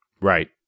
Right